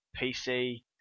PC